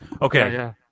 okay